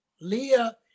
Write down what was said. Leah